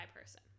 person